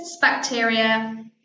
bacteria